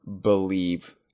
believe